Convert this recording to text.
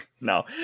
No